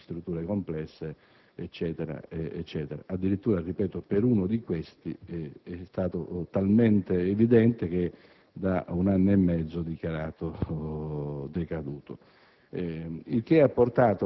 di esperienza di conduzione di strutture complesse. Addirittura per uno di questi è stato talmente evidente che da un anno e mezzo è stato dichiarato decaduto;